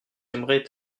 aimerez